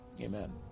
Amen